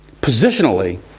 positionally